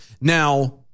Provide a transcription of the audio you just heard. Now